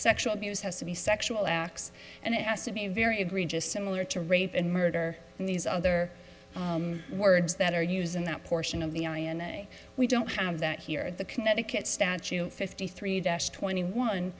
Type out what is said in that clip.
sexual abuse has to be sexual acts and it has to be very egregious similar to rape and murder and these other words that are used in that portion of the day we don't have that here at the connecticut statute fifty three dash twenty one